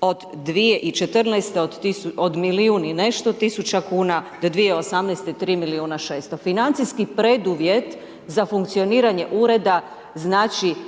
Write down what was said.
Od 2014. od milijun i nešto tisuća kn, do 2018. 3 milijuna 600. Financijski preduvjet za funkcioniranje ureda znači